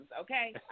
okay